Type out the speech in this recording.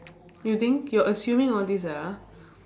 you think you're assuming all this ah ah